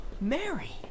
Mary